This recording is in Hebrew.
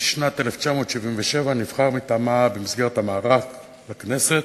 ובשנת 1977 נבחר מטעמה במסגרת המערך לכנסת,